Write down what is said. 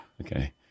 Okay